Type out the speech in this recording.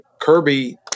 Kirby